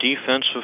defensive